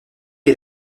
est